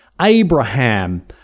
Abraham